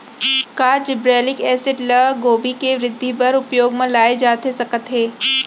का gibberellic acid ल गोभी के वृद्धि बर उपयोग म लाये जाथे सकत हे?